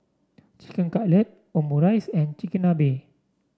Chicken Cutlet Omurice and Chigenabe